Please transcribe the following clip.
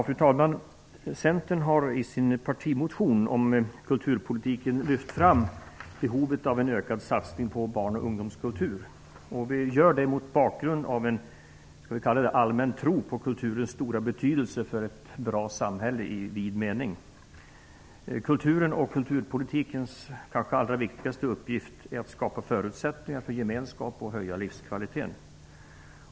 Fru talman! Centern har i sin partimotion om kulturpolitiken lyft fram behovet av en ökad satsning på barn och ungdomskultur. Vi har gjort det mot bakgrund av en allmän tro på kulturens stora betydelse för ett bra samhälle i vid mening. Kulturen och kulturpolitikens kanske allra viktigaste uppgift är att skapa förutsättningar för gemenskap och höja livskvaliteten.